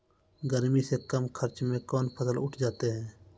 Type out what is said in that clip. गर्मी मे कम खर्च मे कौन फसल उठ जाते हैं?